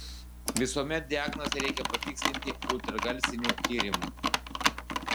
visuomet diagnozę reikia patikslinti ultragarsiniu tyrimu